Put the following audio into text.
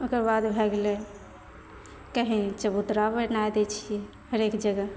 ओकर बाद भए गेलै कही चबूतरा बनाए दय छियै हरेक जगह